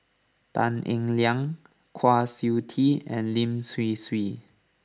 Tan Eng Liang Kwa Siew Tee and Lin Hsin Hsin